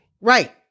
Right